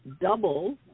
double